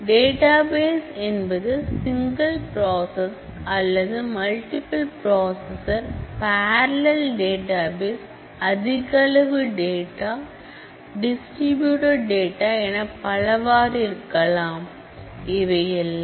database என்பது single process அல்லது multiple processor parallel database அதிகளவில் டேட்டா டிஸ்ட்ரிபியூட்ட டேட்டா என பலவாறு இருக்கலாம்